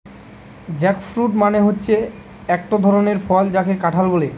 jackfruit মানে হতিছে একটো ধরণের ফল যাকে কাঁঠাল বলে